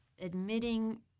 admitting